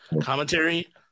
commentary